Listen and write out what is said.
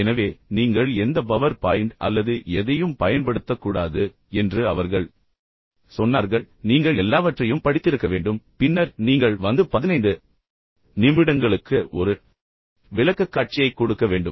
எனவே நீங்கள் எந்த பவர் பாயிண்ட் அல்லது எதையும் பயன்படுத்தக்கூடாது எந்த பொருட்களும் பயன்படுத்தக்கூடாது என்று அவர்கள் சொன்னார்கள் நீங்கள் எல்லாவற்றையும் படித்திருக்க வேண்டும் பின்னர் நீங்கள் வந்து 15 நிமிடங்களுக்கு ஒரு விளக்கக்காட்சியைக் கொடுக்க வேண்டும்